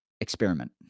experiment